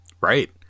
Right